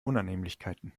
unannehmlichkeiten